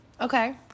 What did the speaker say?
okay